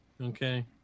Okay